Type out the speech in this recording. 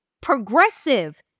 progressive